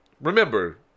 Remember